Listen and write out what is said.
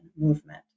movement